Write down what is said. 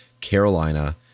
Carolina